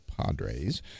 Padres